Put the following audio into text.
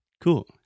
Cool